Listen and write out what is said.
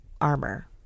armor